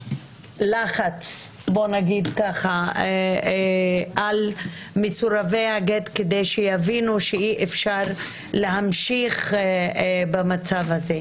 לחץ על סרבני הגט כדי שיבינו שאי אפשר להמשיך במצב הזה.